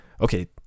okay